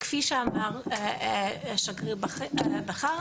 כפי שאמר השגריר בכר,